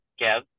Kev